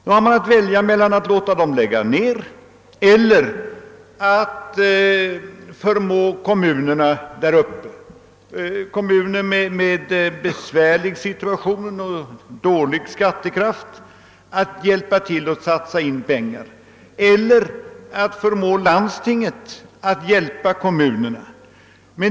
Man har då att välja mellan att låta dem lägga ned trafiken eller att förmå kommunerna där uppe att satsa pengar. Det är fråga om kommuner som befinner sig i en besvärlig situation och som har dålig skattekraft. Man kunde också försöka förmå landstinget att hjälpa kommunerna.